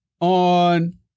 on